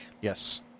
yes